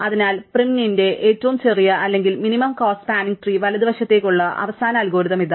അതിനാൽ പ്രിംന്റെ ഏറ്റവും ചെറിയ അല്ലെങ്കിൽ മിനിമം കോസ്റ്റ സ്പാനിങ് ട്രീ വലതുവശത്തേക്കുള്ള അവസാന അൽഗോരിതം ഇതാ